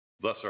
Thus